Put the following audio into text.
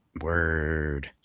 Word